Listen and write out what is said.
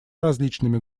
различными